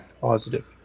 positive